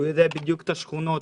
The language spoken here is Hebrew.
הוא מכיר את השכונות,